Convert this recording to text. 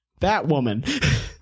Batwoman